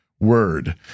word